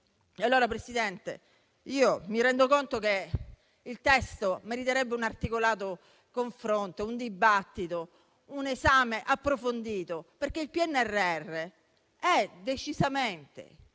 Signor Presidente, mi rendo conto che il testo meriterebbe un articolato confronto, un dibattito, un esame approfondito, perché il PNRR è decisamente